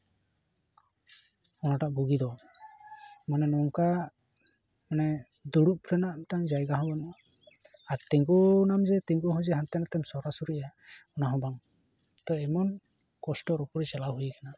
ᱚᱱᱟᱴᱟᱜ ᱵᱩᱜᱤ ᱫᱚ ᱡᱮ ᱱᱚᱝᱠᱟ ᱢᱟᱱᱮ ᱫᱩᱲᱩᱵ ᱛᱮᱱᱟᱜ ᱢᱤᱫᱴᱮᱱ ᱡᱟᱭᱜᱟ ᱦᱚᱸ ᱵᱟᱱᱩᱜᱼᱟ ᱛᱤᱢᱜᱩᱱᱟᱢ ᱡᱮ ᱛᱤᱸᱜᱩ ᱦᱚᱸ ᱡᱮᱢ ᱦᱟᱱᱛᱮ ᱱᱟᱛᱮᱢ ᱥᱚᱨᱟ ᱥᱚᱨᱤᱜᱼᱟ ᱚᱱᱟ ᱦᱚᱸ ᱵᱟᱝ ᱛᱚ ᱮᱢᱚᱱ ᱠᱚᱥᱴᱚ ᱩᱯᱚᱨ ᱪᱟᱞᱟᱣ ᱦᱩᱭᱟᱠᱟᱱᱟ